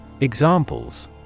Examples